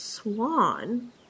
Swan